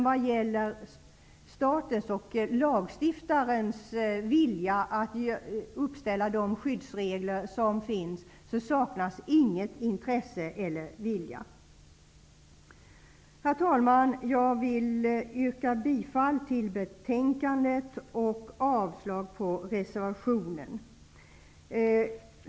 Vad gäller statens och lagstiftarens vilja att ställa upp skyddsregler saknas varken intresse eller vilja. Herr talman! Jag vill yrka bifall till hemställan i betänkandet och avslag på reservationen.